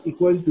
0001380